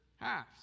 halves